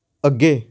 ਅੱਗੇ